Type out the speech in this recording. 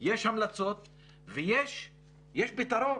יש המלצות ויש פתרון,